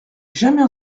jamais